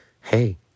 hey